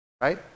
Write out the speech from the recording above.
Right